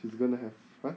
he's gonna have !huh!